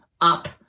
up